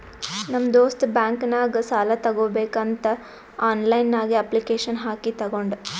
ನಮ್ ದೋಸ್ತ್ ಬ್ಯಾಂಕ್ ನಾಗ್ ಸಾಲ ತಗೋಬೇಕಂತ್ ಆನ್ಲೈನ್ ನಾಗೆ ಅಪ್ಲಿಕೇಶನ್ ಹಾಕಿ ತಗೊಂಡ್